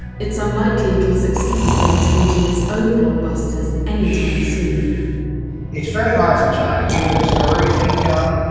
it's unlikely it'll succeed in exporting its own blockbusters, any time soon it's very hard for china, given the stories they tell,